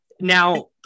Now